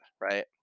right